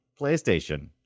PlayStation